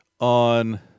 on